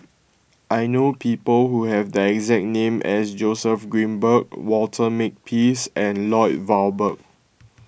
I know people who have that exact name as Joseph Grimberg Walter Makepeace and Lloyd Valberg